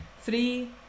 three